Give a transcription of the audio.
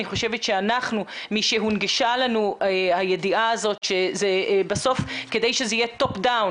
אני חושבת שאנחנו משהונגשה לנו הידיעה הזאת בסוף כדי שזה יהיה top down,